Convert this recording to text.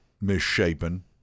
misshapen